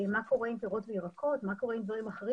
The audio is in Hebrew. מה קורה עם פירות וירקות ומה קורה עם מוצרים אחרים